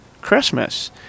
Christmas